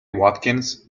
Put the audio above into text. watkins